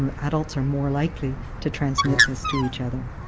um adults are more likely to transmit this to each other.